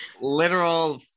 literal